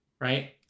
right